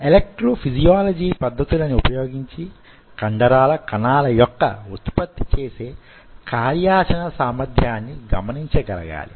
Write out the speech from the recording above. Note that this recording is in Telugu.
ఎలక్ట్రో ఫిజియాలజీ పద్ధతులని ఉపయోగించి కండరాల కణాల యొక్క ఉత్పత్తి చేసే కార్యాచరణ సామర్ధ్యాన్ని గమనించగలగాలి